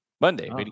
monday